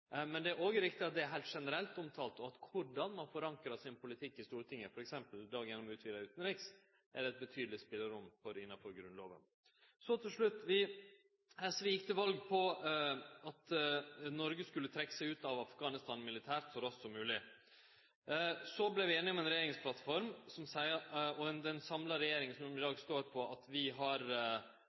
Men det er òg riktig at det er heilt generelt omtala, og at korleis ein forankrar sin politikk i Stortinget, f.eks. gjennom den utvida utanrikskomiteen, vert gitt eit betydeleg spelerom innanfor Grunnlova. Til slutt: SV gjekk til val på at Noreg skulle trekkje seg ut av Afghanistan militært så raskt som mogleg. Så vart vi einige om ei regjeringsplattform, og det er ei samla regjering som i dag står